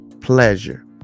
pleasure